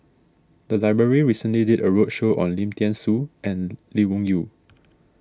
the library recently did a roadshow on Lim thean Soo and Lee Wung Yew